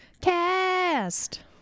cast